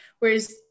Whereas